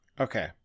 okay